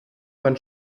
von